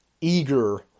eager